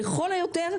לכול היותר,